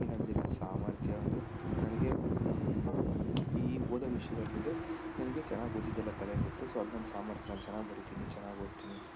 ಇನ್ನು ಬಿಡಿ ನನ್ನ ಸಾಮರ್ಥ್ಯ ಅಂದರೆ ನನಗೆ ಈ ಓದೊ ವಿಷ್ಯದಲ್ಲಿ ಬಂದರೆ ನನಗೆ ಚೆನ್ನಾಗಿ ಓದಿದ್ದೆಲ್ಲ ತಲೆಗೆ ಹತ್ತಿ ಸೊ ಅದು ನನ್ನ ಸಾಮರ್ಥ್ಯ ನಾನು ಚೆನ್ನಾಗಿ ಬರಿತೀನಿ ಚೆನ್ನಾಗಿ ಓದ್ತೀನಿ